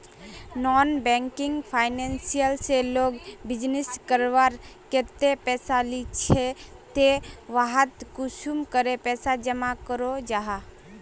Non banking financial से लोग business करवार केते पैसा लिझे ते वहात कुंसम करे पैसा जमा करो जाहा?